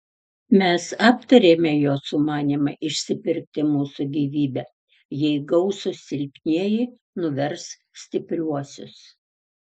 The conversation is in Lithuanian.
mes aptarėme jo sumanymą išsipirkti mūsų gyvybę jei gausūs silpnieji nuvers stipriuosius